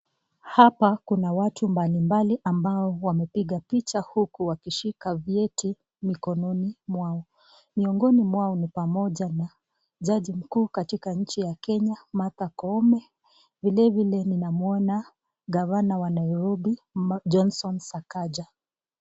Hapa kuna watu mbalimbali ambao wamepiga picha huku wakishika vieti mikononi mwao, miongoni mwao ni jaji mkuu katika nchi ya Kenya martha Koome, vilevile ninamwona gavana wa Nairobi Johnson Sakaja.